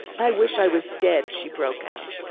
i wish i was dead! she broke out.